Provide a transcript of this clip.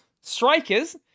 Strikers